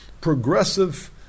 progressive